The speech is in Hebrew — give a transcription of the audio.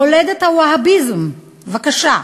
מולדת הווהאביזם, בבקשה: